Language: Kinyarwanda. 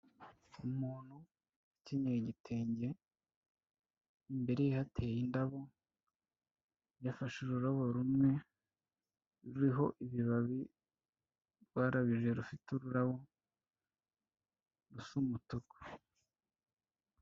Umuntu ukenyeye igitenge, imbere ye hateye indabo, yafashe ururabo rumwe ruriho ibibabi rwarabije rufite ururabo rusa umutuku.